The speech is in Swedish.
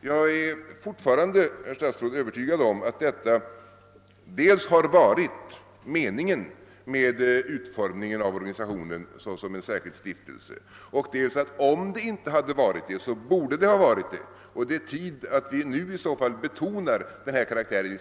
Jag är fortfarande, herr statsråd, övertygad om att detta har varit meningen med utformningen av organisationen såsom en särskild stiftelse. Och om det inte varit det borde det ha varit på detta sätt, och vi bör då betona organisationens karaktär av stiftelse.